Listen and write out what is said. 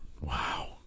Wow